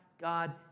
God